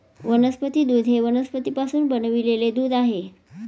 वनस्पती दूध हे वनस्पतींपासून बनविलेले दूध आहे